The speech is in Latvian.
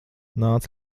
nāc